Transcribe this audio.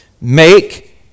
Make